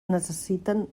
necessiten